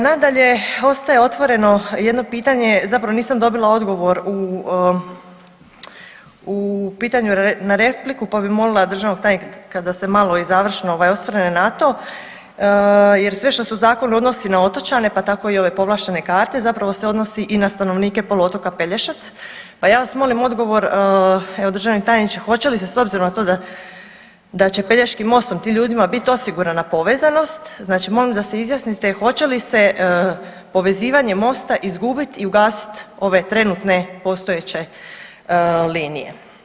Nadalje, ostaje otvoreno jedno pitanje, zapravo nisam dobila odgovor u pitanju na repliku pa bi molila državnog tajnika da se malo i završno ovaj osvrne na to jer sve što se u zakonu odnosi na otočane pa tako i ove povlaštene karte zapravo se odnosi i na stanovnike poluotoka Pelješac, pa ja vas molim odgovor evo državni tajniče hoće li se s obzirom na to da će Pelješkim mostom tim ljudima biti osigurana povezanost, znači molim da se izjasnite hoće li se povezivanjem mosta izgubiti i ugasiti ove trenutne postojeće linije.